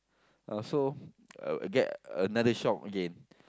uh so get another shock again